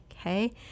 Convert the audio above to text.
okay